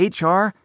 HR